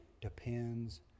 depends